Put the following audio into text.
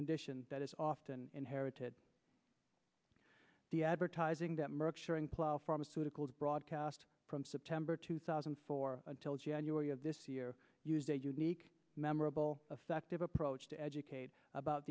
condition that is often inherited the advertising that merck suring plough pharmaceuticals broadcast from september two thousand and four until january of this year used a unique memorable effective approach to educate about